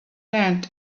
land